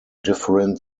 different